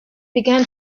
began